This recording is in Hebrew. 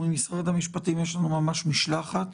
וממשרד המשפטים יש לנו ממש משלחת